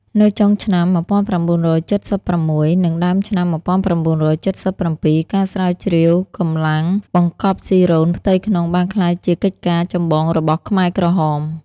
នៅចុងឆ្នាំ១៩៧៦និងដើមឆ្នាំ១៩៧៧ ការស្រាវជ្រាវរកម្លាំងបង្កប់ស៊ីរូនផ្ទៃក្នុងបានក្លាយជាកិច្ចការចម្បងរបស់ ខ្មែរក្រហម ។